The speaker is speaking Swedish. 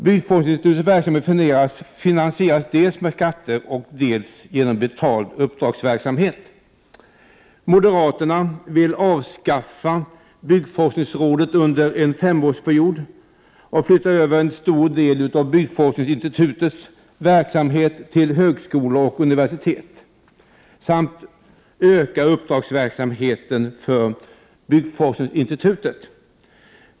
Byggforskningsinstitutets verksamhet finansieras dels med skatter, dels genom betald uppdragsverksamhet. Moderaterna vill avveckla byggforskningsrådet under en femårsperiod och flytta över en stor del av byggforskningsinstitutets verksamhet till högskolor och universitet samt öka uppdragsverksamheten för byggforskningsinstitutet.